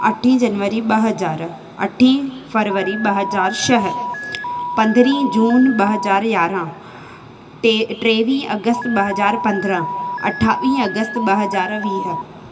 अठी जनवरी ॿ हज़ार अठी फरवरी ॿ हज़ार छह पंद्रहं जून ॿ हज़ार यारहं टे टेवीह अगस्त ॿ हज़ार पंद्रहं अठावीह अगस्त ॿ हज़ार वीह